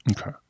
okay